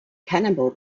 cannonball